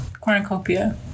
Cornucopia